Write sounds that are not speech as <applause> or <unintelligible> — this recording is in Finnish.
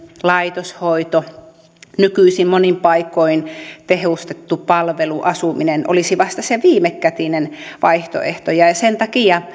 laitoshoito nykyisin monin paikoin tehostettu palveluasuminen olisi vasta se viimekätinen vaihtoehto sen takia <unintelligible>